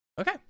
Okay